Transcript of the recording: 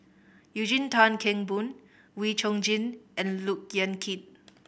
Eugene Tan Kheng Boon Wee Chong Jin and Look Yan Kit